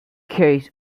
case